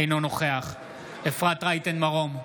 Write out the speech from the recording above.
אינו נוכח אפרת רייטן מרום,